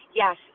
yes